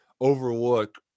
overlook